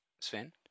Sven